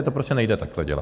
To prostě nejde takhle dělat!